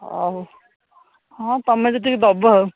ଆଉ ହଁ ତୁମେ ଯେତିକି ଦେବ ଆଉ